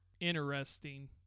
interesting